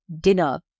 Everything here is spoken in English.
dinner